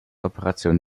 operation